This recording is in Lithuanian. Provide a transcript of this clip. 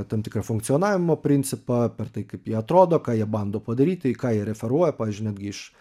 tam tikrą funkcionavimo principą per tai kaip jie atrodo ką jie bando padaryti į ką jie referuoja pavyzdžiui netgi iš